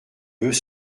veut